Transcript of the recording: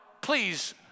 please